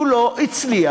שהוא לא הצליח